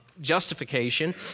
justification